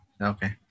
Okay